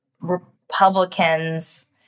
Republicans